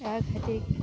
आयल छथिन